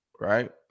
right